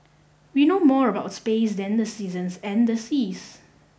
we know more about space than the seasons and the seas